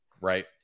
right